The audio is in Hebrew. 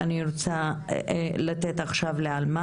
אני רוצה לתת עכשיו את זכות הדיבור לעלמה